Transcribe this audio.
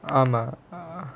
um err